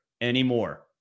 anymore